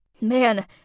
man